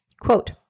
Quote